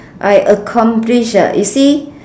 I accomplish ah you see